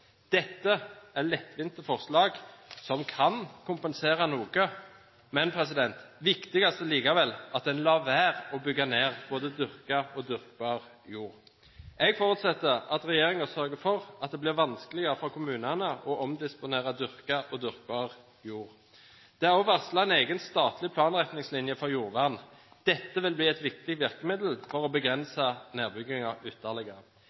Dette er lettvinte forslag som kan kompensere noe. Viktigst er likevel at man lar være å bygge ned både dyrka og dyrkbar jord. Jeg forutsetter at regjeringen sørger for at det blir vanskeligere for kommunene å omdisponere dyrka og dyrkbar jord. Det er også varslet en egen statlig planretningslinje for jordvern. Dette vil bli et viktig virkemiddel for å begrense nedbyggingen ytterligere.